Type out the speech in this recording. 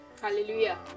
Hallelujah